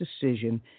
decision